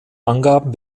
angaben